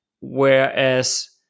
whereas